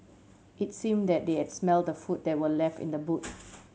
it seemed that they had smelt the food that were left in the boot